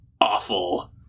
awful